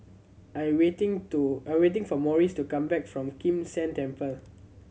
I'm waiting to I'm waiting for Maurice to come back from Kim San Temple